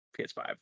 PS5